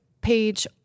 page